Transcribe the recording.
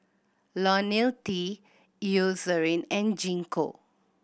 Ionil T Eucerin and Gingko